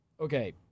Okay